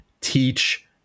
teach